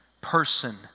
person